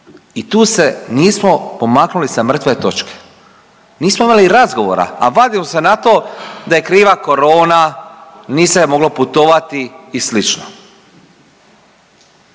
I tu se nismo pomaknuli sa mrtve točke, nismo imali razgovora, a vadiju se na to da je kriva korona, nije se moglo putovati i sl.